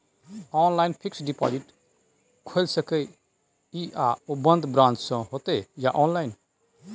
Online fixed deposit खुईल सके इ आ ओ बन्द ब्रांच स होतै या ऑनलाइन?